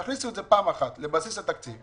תכניסו את זה פעם אחת לבסיס התקציב.